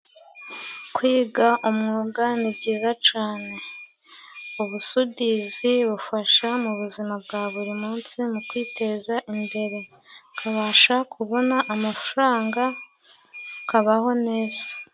Kwiga umwuga ni byiza cane. Ubusudizi bufasha mu buzima bwa buri munsi mu kwiteza imbere. Ukabasha kubona amafaranga, ukabaho neza.